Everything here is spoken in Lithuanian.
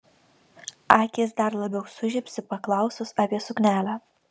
akys dar labiau sužibsi paklausus apie suknelę